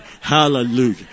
Hallelujah